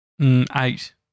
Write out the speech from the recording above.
eight